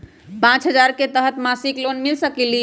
पाँच हजार के तहत मासिक लोन मिल सकील?